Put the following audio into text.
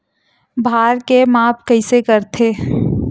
भार के माप कइसे करथे?